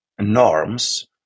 norms